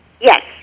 Yes